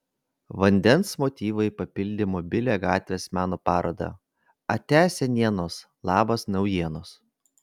vandens motyvai papildė mobilią gatvės meno parodą atia senienos labas naujienos